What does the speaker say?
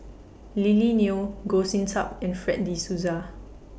Lily Neo Goh Sin Tub and Fred De Souza